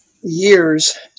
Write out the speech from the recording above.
years